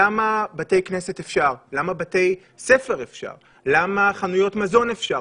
למה בתי כנסת ובתי ספר וחנויות מזון אפשר?